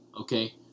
okay